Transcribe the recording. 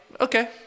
okay